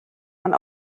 man